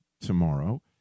tomorrow